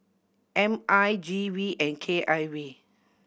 M I G V and K I V